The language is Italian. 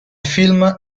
film